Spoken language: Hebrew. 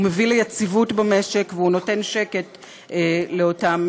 הוא מביא ליציבות במשק והוא נותן שקט לאותם